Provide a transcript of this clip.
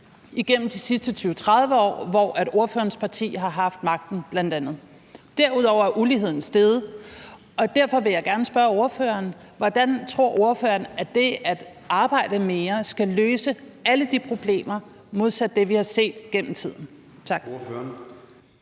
igennem de sidste 20-30 år, hvor bl.a. ordførerens parti har haft magten. Derudover er uligheden steget. Derfor vil jeg gerne spørge ordføreren: Hvordan tror ordføreren at det at arbejde mere skal løse alle de problemer i modsætning til det, vi har set gennem tiden? Tak.